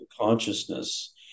consciousness